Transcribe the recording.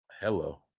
hello